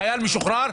חייל משוחרר,